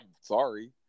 sorry